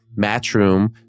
Matchroom